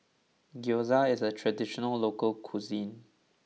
Gyoza is a traditional local cuisine